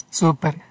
super